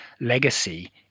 legacy